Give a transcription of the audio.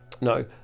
no